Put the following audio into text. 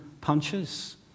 punches